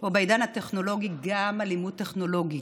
או בעידן הטכנולוגי גם אלימות טכנולוגית: